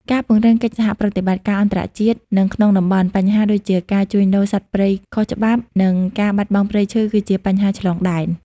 ការពង្រឹងកិច្ចសហប្រតិបត្តិការអន្តរជាតិ និងក្នុងតំបន់ បញ្ហាដូចជាការជួញដូរសត្វព្រៃខុសច្បាប់ និងការបាត់បង់ព្រៃឈើ គឺជាបញ្ហាឆ្លងដែន។